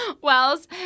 Wells